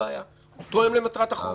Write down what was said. תואם למטרת החוק.